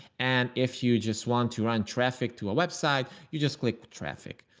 and if you just want to run traffic to a web site, you just click traffic.